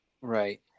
Right